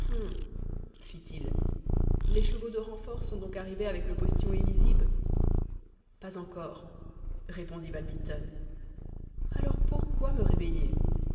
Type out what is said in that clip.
fit-il les chevaux de renfort sont donc arrivés avec le postillon et nizib pas encore répondit van mitten alors pourquoi me réveiller